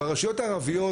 והרשויות הערביות,